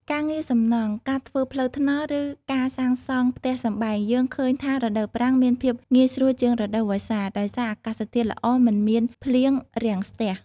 ការងារសំណង់ ការធ្វើផ្លូវថ្នល់ ឬការសាងសង់ផ្ទះសម្បែង យើងឃើញថារដូវប្រាំងមានភាពងាយស្រួលជាងរដូវវស្សា ដោយសារអាកាសធាតុល្អមិនមានភ្លៀងរាំងស្ទះ។